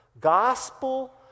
gospel